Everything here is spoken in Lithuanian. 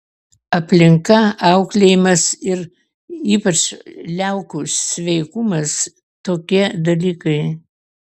aplinka auklėjimas ir ypač liaukų sveikumas tokie dalykai